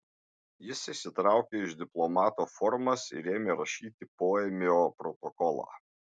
jis išsitraukė iš diplomato formas ir ėmė rašyti poėmio protokolą